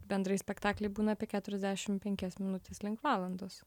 bendrai spektakliai būna apie keturiasdešim penkias minutes link valandos